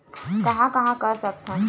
कहां कहां कर सकथन?